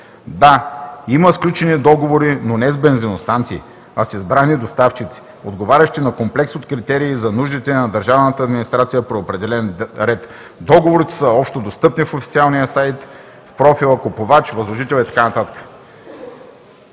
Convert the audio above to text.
да, има сключени договори, но не с бензиностанции, а с избрани доставчици, отговарящи на комплекс от критерии за нуждите на държавната администрация при определен ред. Договорите са общодостъпни в официалния сайт в профила на купувач, възложител и така